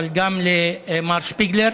אבל גם למר שפיגלר,